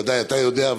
ודאי אתה יודע,